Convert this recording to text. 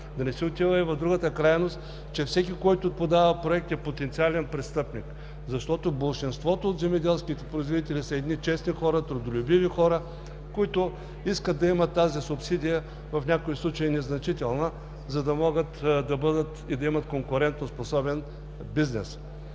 да не се отива в другата крайност, че всеки, който подава проекти, е потенциален престъпник, защото болшинството от земеделските производители са честни, трудолюбиви хора, които искат да имат тази субсидия, в някои случаи – незначителна, за да могат да имат конкурентоспособен бизнес.